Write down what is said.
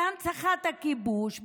בהנצחת הכיבוש,